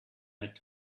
had